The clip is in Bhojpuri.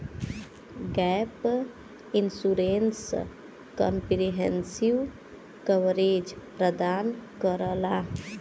गैप इंश्योरेंस कंप्रिहेंसिव कवरेज प्रदान करला